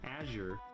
Azure